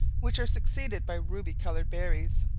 which are succeeded by ruby coloured berries.